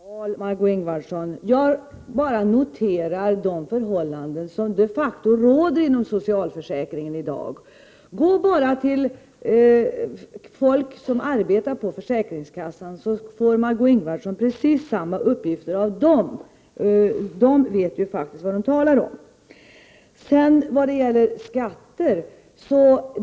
Herr talman! Jag ägnar mig inte åt förtal, Margé Ingvardsson. Jag bara noterar de förhållanden som de facto råder inom socialförsäkringen i dag. Gå bara till folk som arbetar på försäkringskassan, så får Margö Ingvardsson precis samma uppgifter av dem, och de vet faktiskt vad de talar om.